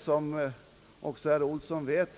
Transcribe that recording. Som också herr Olsson vet